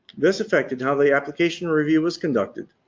this affected how the application review was conducted.